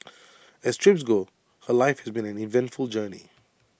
as trips go her life has been an eventful journey